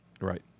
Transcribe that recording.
Right